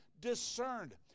discerned